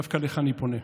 דווקא אליך אני פונה.